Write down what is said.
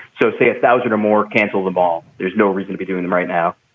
so say a thousand or more. cancel the ball. there's no reason to be doing them right now